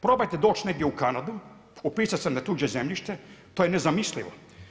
Probajte doć negdje u Kanadu upisat se na tuđe zemljište, to je nezamislivo.